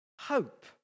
hope